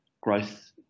growth